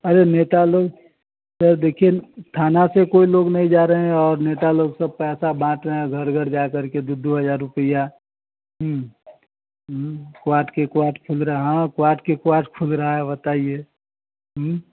अरे नेता लोग तो देखिए थाना से कोई लोग नहीं जा रहे हैं और नेता लोग सब पैसा बांट रहे हैं घर घर जा करके दो दो हज़ार रुपया हम्म हम्म क्वाट के क्वाट खुल रहा है क्वाट के क्वाट खुद रहा है बताईए